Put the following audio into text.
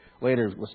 later